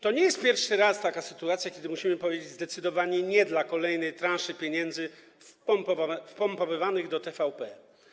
To nie jest pierwsza taka sytuacja, kiedy musimy powiedzieć zdecydowane „nie” dla kolejnej transzy pieniędzy wpompowywanych do TVP.